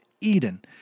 Eden